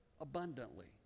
abundantly